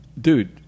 Dude